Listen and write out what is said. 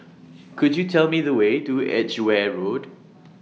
Could YOU Tell Me The Way to Edgeware Road